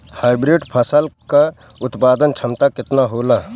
Hybrid फसल क उत्पादन क्षमता केतना होला?